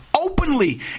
openly